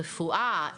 רפואה,